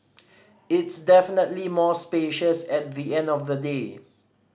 it's definitely more spacious at the end of the day